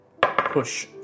push